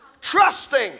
trusting